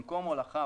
במקום "הולכה,